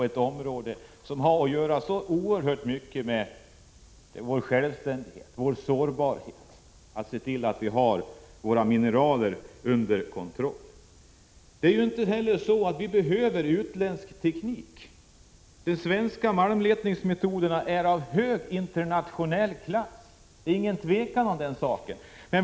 Vi måste se till att vi har våra mineraler under kontroll. Detta har att göra med vår självständighet och vår sårbarhet. Det är inte heller så att vi behöver utländsk teknik. De svenska malmletningsmetoderna är av hög internationell klass — det är inget tvivel om den saken.